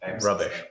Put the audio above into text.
Rubbish